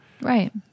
Right